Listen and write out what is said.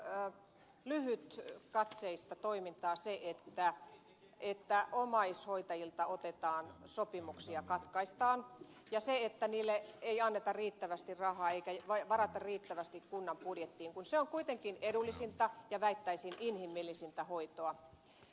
on todella lyhytkatseista toimintaa se että omaishoitajilta sopimuksia katkaistaan ja se että omaishoitoon ei anneta riittävästi rahaa eikä sitä varten varata riittävästi rahaa kunnan budjettiin kun se on kuitenkin edullisinta ja väittäisin inhimillisintä hoitoa